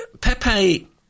Pepe